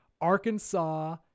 Arkansas